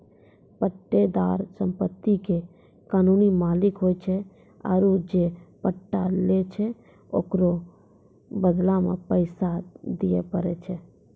पट्टेदार सम्पति के कानूनी मालिक होय छै आरु जे पट्टा लै छै ओकरो बदला मे पैसा दिये पड़ै छै